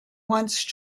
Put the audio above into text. once